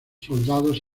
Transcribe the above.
soldados